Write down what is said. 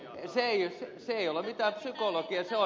se ei ole mitään psykologiaa